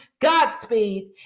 Godspeed